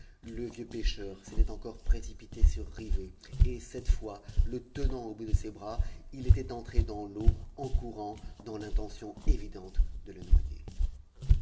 le vieux pêcheur s'était encore précipité sur rivet et cette fois le tenant au bout de ses bras il était entré dans l'eau en courant dans l'intention évidente de le noyer